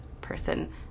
person